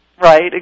Right